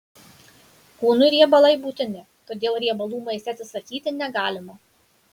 kūnui riebalai būtini todėl riebalų maiste atsisakyti negalima